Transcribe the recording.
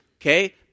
Okay